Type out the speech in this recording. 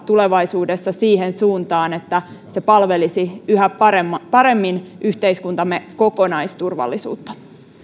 tulevaisuudessa siihen suuntaan että se palvelisi yhä paremmin yhteiskuntamme kokonaisturvallisuutta